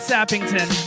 Sappington